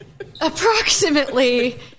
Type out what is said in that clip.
approximately